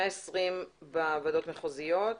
120 דיונים היו בוועדות מחוזיות.